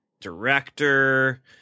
director